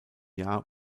jahr